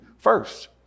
first